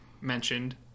mentioned